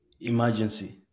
Emergency